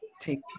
take